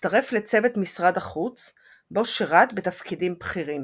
הצטרף לצוות משרד החוץ בו שירת בתפקידים בכירים.